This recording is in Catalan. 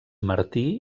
martí